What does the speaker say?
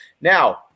Now